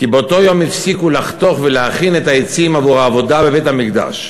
היא שבאותו יום הפסיקו לחתוך ולהכין את העצים עבור העבודה בבית-המקדש.